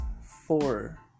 four